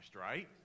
right